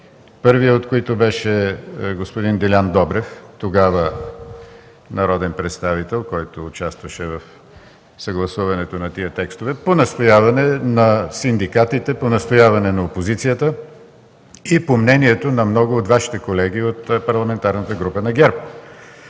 първият от които беше господин Делян Добрев, тогава народен представител, който участваше в съгласуването на тези текстове, по настояване на синдикатите, на опозицията и по мнението на много от Вашите колеги от Парламентарната група на ГЕРБ.